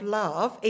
love